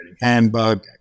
Handbook